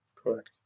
Correct